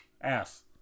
Ass